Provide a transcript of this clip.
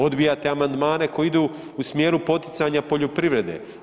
Odbijate amandmane koji idu u smjeru poticanja poljoprivrede.